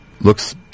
looks